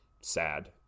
sad